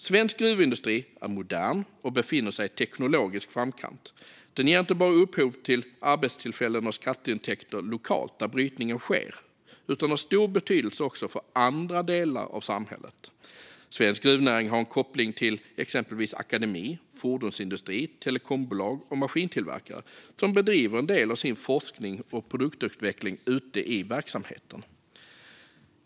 Svensk gruvindustri är modern och befinner sig i teknologisk framkant. Den ger inte bara upphov till arbetstillfällen och skatteintäkter lokalt där brytningen sker utan har stor betydelse också för andra delar av samhället. Svensk gruvnäring har en koppling till exempelvis akademi, fordonsindustri, telekombolag och maskintillverkare som bedriver en del av sin forskning och produktutveckling ute i verksamheten.